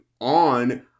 on